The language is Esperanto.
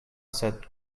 sed